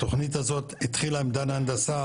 התוכנית הזאת התחילה עם דנה הנדסה,